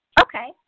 Okay